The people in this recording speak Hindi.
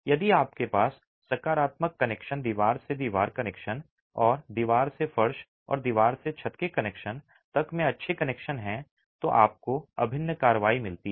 यदि आपके पास सकारात्मक कनेक्शन दीवार से दीवार कनेक्शन और दीवार से फर्श और दीवार से छत के कनेक्शन तक में अच्छे कनेक्शन हैं तो आपको अभिन्न कार्रवाई मिलती है